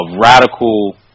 radical